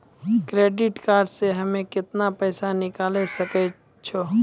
Credit card से हम्मे केतना पैसा निकाले सकै छौ?